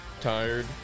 Tired